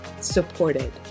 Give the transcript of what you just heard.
supported